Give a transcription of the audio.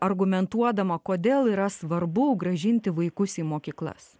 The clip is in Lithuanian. argumentuodama kodėl yra svarbu grąžinti vaikus į mokyklas